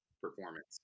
performance